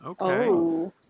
Okay